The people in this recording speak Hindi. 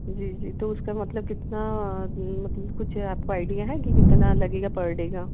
जी जी तो उसका मतलब कितना मतलब कुछ आपको आईडिया है कि कितना लगेगा पर डे का